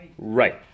Right